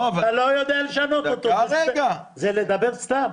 זה לדבר סתם.